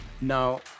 now